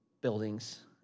buildings